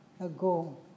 ago